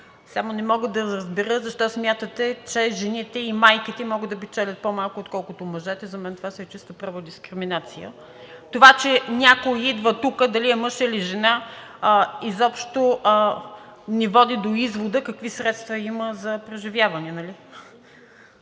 само не мога да разбера защо смятате, че жените и майките могат да печелят по-малко, отколкото мъжете. За мен това си е чиста проба дискриминация. Това, че някой идва тук, дали е мъж, или жена, изобщо не води до извода какви средства има за преживяване,